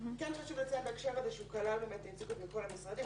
כן חשוב לציין בהקשר הזה שהוא כלל ייצוג מכל המשרדים,